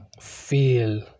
Feel